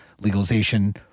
legalization